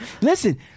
Listen